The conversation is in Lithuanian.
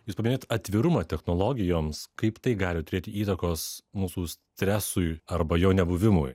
jūs paminėjot atvirumą technologijoms kaip tai gali turėti įtakos mūsų stresui arba jo nebuvimui